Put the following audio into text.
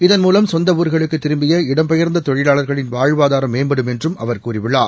இதன்மூவம் சொந்த ஊர்களுக்கு திரும்பிய இடம்பெயர்ந்த தொழிலாளர்களின் வாழ்வாதாரம் மேம்படும் என்றும் அவர் கூறியுள்ளார்